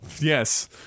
Yes